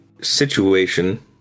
situation